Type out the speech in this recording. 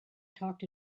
talked